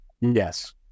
Yes